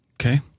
Okay